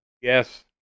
Yes